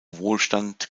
wohlstand